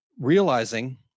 realizing